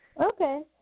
Okay